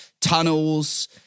tunnels